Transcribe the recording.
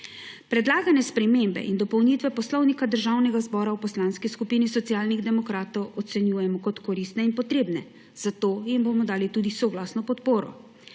Predlagane spremembe in dopolnitve Poslovnika državnega zbora v Poslanski skupini Socialnih demokratov ocenjujemo kot koristne in potrebne, zato jim bomo dali tudi soglasno podporo.